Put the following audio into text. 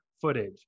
footage